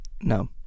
No